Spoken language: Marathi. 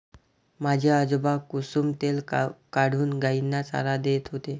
माझे आजोबा कुसुम तेल काढून गायींना चारा देत होते